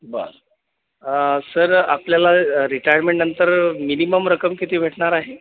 बरं सर आपल्याला रिटायरमेंटनंतर मिनीमम रक्कम किती भेटणार आहे